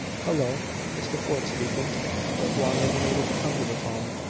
hello mr. fort speaking reblong isn't able to come to the phone.